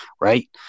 right